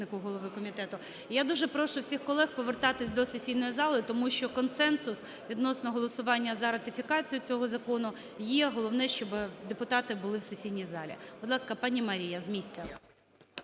я дуже прошу всіх колег повертатись до сесійної зали, тому що консенсус відносно голосування за ратифікацію цього закону є головне, щоб депутати були в сесійній залі. Будь ласка, пані Марія, з місця.